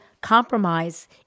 compromise